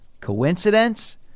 Coincidence